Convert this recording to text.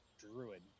druid